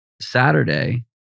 Saturday